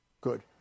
Good